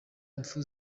impfu